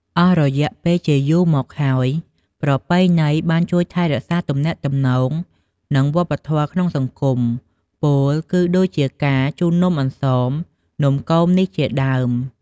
អស់រយៈពេលជាយូរមកហើយ ប្រពៃណីបានជួយថែរក្សាទំនាក់ទំនង និងវប្បធម៌ក្នុងសង្គម ពោលគឺដូចជាការជូននំអន្សម នំគមនេះជាដើម។